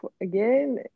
again